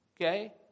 Okay